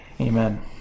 Amen